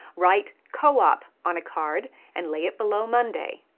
write co-op on a card and lay it below monday.